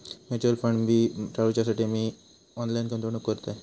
mutual fund fee टाळूच्यासाठी मी online गुंतवणूक करतय